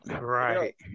Right